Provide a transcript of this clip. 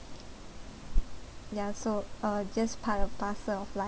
ya so uh just part or parcel of life